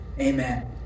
Amen